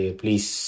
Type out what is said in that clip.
please